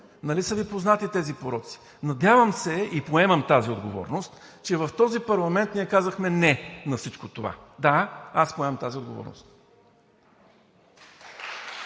Нали са Ви познати тези пороци? Надявам се и поемам тази отговорност, че в този парламент ние казахме: не на всичко това! Да, аз поемам тази отговорност!